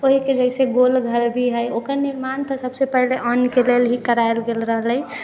ओइके जैसे गोलघर भी हइ ओकर निर्माण तऽ सबसँ पहिले अन्नके लेल ही करायल गेल रहलै